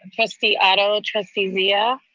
trustee otto. trustee zia